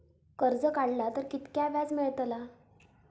कर्ज काडला तर कीतक्या व्याज मेळतला?